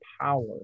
power